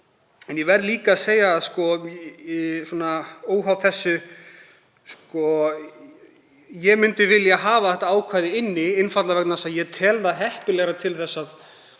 Ég verð líka að segja, óháð þessu, að ég myndi vilja hafa þetta ákvæði inni, einfaldlega vegna þess að ég tel það heppilegra til að